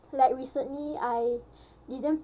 like recently I didn't